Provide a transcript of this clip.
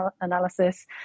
analysis